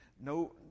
no